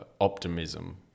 optimism